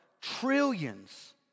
trillions